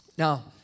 Now